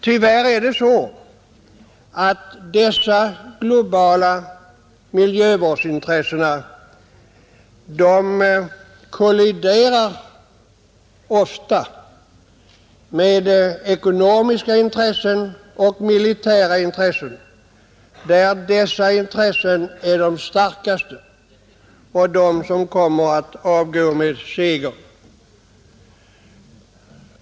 Tyvärr kolliderar dessa globala miljövårdsintressen ofta med ekonomiska intressen och militära intressen — dessa senare intressen är de starkaste och de som kommer att avgå med seger.